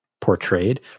portrayed